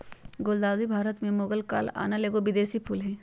गुलदाऊदी भारत में मुगल काल आनल एगो विदेशी फूल हइ